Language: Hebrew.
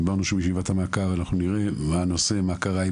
דיברנו שבישיבת המעקב נראה מה הנושא, מה קרה.